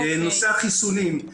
נושא החיסונים.